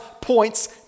points